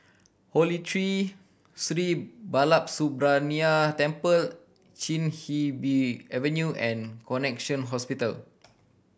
Holy Tree Sri Balasubramaniar Temple Chin He Bee Avenue and Connexion Hospital